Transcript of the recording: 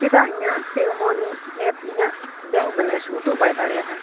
ᱪᱮᱫᱟᱜ ᱤᱧᱟᱹᱜ ᱯᱮᱭ ᱩᱢᱟᱱᱤ ᱮᱯ ᱤᱧᱟᱹᱜ ᱵᱮᱝᱠ ᱵᱮᱞᱮᱱᱥ ᱩᱫᱩᱜ ᱵᱟᱭ ᱫᱟᱲᱮᱭᱟᱜᱼᱟ